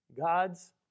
God's